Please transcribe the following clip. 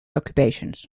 occupations